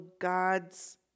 God's